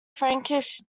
frankish